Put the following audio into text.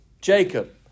Jacob